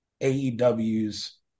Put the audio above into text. AEW's